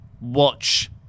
watch